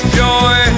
joy